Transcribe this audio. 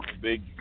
Big